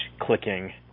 clicking